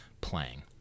playing